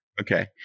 Okay